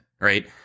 right